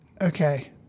okay